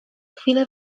chwilę